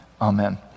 Amen